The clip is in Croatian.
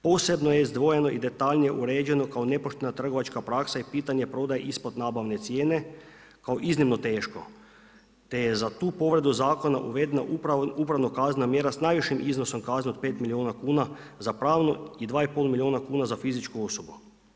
Posebno je izdvojeno i detaljnije uređeno kao nepoštena trgovačka praksa i pitanje prodaje ispod nabavne cijene kao iznimno teško, te je za tu povredu zakona uvedena upravno-kaznena mjera s najvišim iznosom kazne od 5 milijuna kuna za pravnu i 2 i pol milijuna kuna za fizičku osobu.